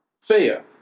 fear